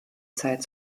zeit